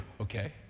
okay